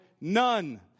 None